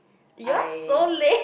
I